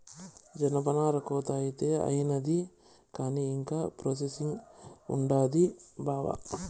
జనపనార కోత అయితే అయినాది కానీ ఇంకా ప్రాసెసింగ్ ఉండాది బావా